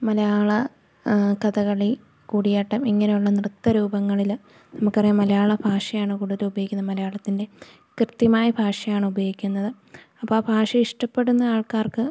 മലയാള കഥകളി കൂടിയാട്ടം ഇങ്ങനെയുള്ള നൃത്തരൂപങ്ങളില് നമുക്കറിയാം മലയാള ഭാഷയാണ് കൂടുതലുപയോഗിക്കുന്നത് മലയാളത്തിൻ്റെ കൃത്യമായ ഭാഷയാണുപയോഗിക്കുന്നത് അപ്പോഴാ ഭാഷ ഇഷ്ടപ്പെടുന്ന ആൾക്കാർക്ക്